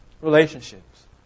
Relationships